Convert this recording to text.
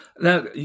now